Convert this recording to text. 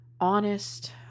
honest